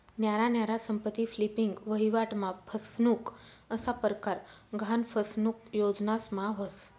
न्यारा न्यारा संपत्ती फ्लिपिंग, वहिवाट मा फसनुक असा परकार गहान फसनुक योजनास मा व्हस